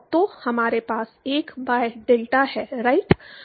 तो हमारे पास 1 बाय डेल्टा है राइट